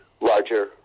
larger